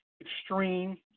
extreme